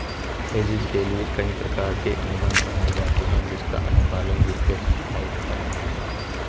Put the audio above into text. hedging के लिए कई प्रकार के अनुबंध बनाए जाते हैं जिसका अनुपालन वित्तीय संस्थाओं को करना होता है